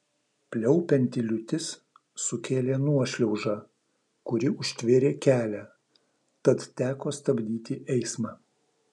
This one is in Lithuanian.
pliaupianti liūtis sukėlė nuošliaužą kuri užtvėrė kelią tad teko stabdyti eismą